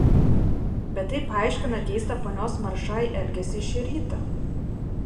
bet tai paaiškina keistą ponios maršai elgesį šį rytą